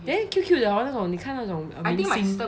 then cute cute 的 hor 那种你看那种明星